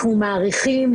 אנחנו מעריכים,